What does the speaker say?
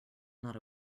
not